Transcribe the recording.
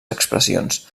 expressions